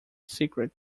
secret